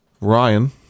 Ryan